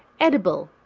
edible,